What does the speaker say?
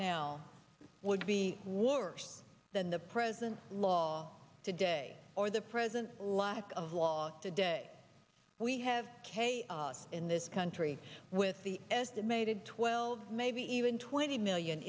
now would be worse than the present law today or the present lack of law today we have in this country with the estimated twelve maybe even twenty million